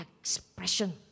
expression